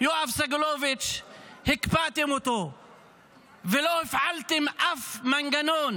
יואב סגלוביץ' הקפאתם אותו ולא הפעלתם אף מנגנון